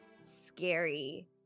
scary